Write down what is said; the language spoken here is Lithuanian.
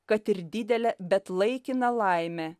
kad ir didelę bet laikiną laimę